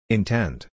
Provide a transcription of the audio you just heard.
Intend